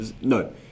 No